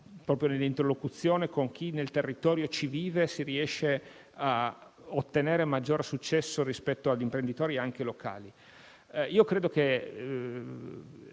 proprio nell'interlocuzione con chi nel territorio ci vive, così ottenendo maggior successo rispetto agli imprenditori, anche locali. Ritengo che